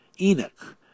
Enoch